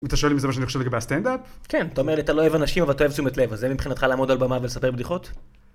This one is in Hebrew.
ואתה שואל אם זה מה שאני חושב לגבי הסטנדאפ? כן, אתה אומר לי אתה לא אוהב אנשים אבל אתה אוהב תשומת לב, אז זה מבחינתך לעמוד על במה ולספר בדיחות?